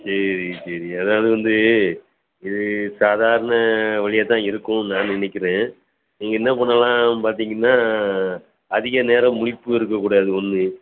சரி சரி அதாவது வந்து இது சாதாரண வலியாகத்தான் இருக்கும்னு நான் நினைக்கிறேன் நீங்கள் என்ன பண்ணலாம்னு பார்த்திங்கன்னா அதிக நேரம் முழிப்பு இருக்கக்கூடாது ஒன்று